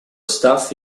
staff